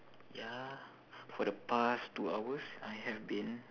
ya for the past two hours I have been